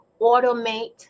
automate